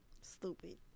Stupid